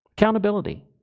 accountability